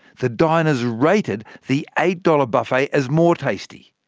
the diners rated the eight dollars buffet as more tasty.